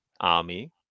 army